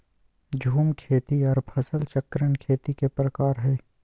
झूम खेती आर फसल चक्रण खेती के प्रकार हय